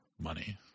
money